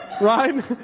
Right